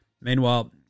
Meanwhile